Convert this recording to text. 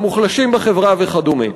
המוחלשים בחברה וכדומה.